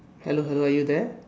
hello hello are you there